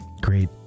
Great